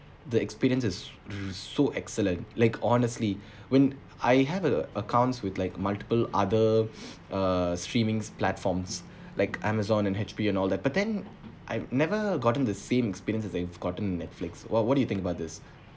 the experience is s~ is so excellent like honestly when I have a accounts with like multiple other uh streamings platforms like amazon and H_P and all that but then I've never gotten the same experience as I've gotten in netflix what what do you think about this